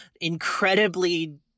incredibly